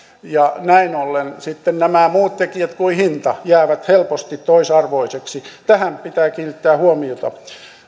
näin ollen sitten nämä muut tekijät kuin hinta jäävät helposti toisarvoisiksi tähän pitää kiinnittää huomiota